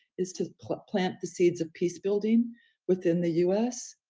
is to plant plant the seeds of peace building within the us.